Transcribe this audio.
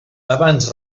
abans